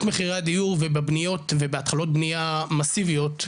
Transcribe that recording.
מחירי הדיור ובבניות ובהתחלות בנייה מסיביות,